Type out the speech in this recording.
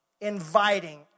Inviting